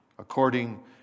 According